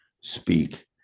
speak